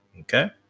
okay